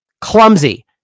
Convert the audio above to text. Clumsy